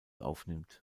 aufnimmt